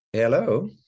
hello